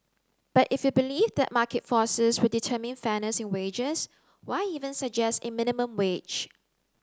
but if you believe that market forces would determine fairness in wages why even suggest a minimum wage